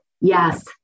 Yes